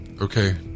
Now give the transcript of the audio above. Okay